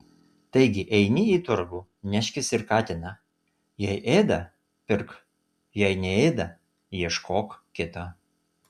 taigi eini į turgų neškis ir katiną jei ėda pirk jei neėda ieškok kito